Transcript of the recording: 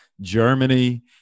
Germany